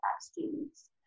students